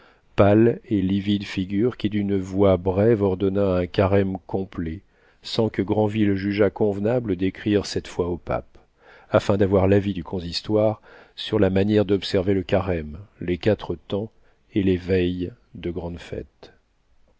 pâle et livide figure qui d'une voix brève ordonna un carême complet sans que granville jugeât convenable d'écrire cette fois au pape afin d'avoir l'avis du consistoire sur la manière d'observer le carême les quatre-temps et les veilles de grandes fêtes